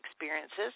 experiences